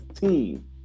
team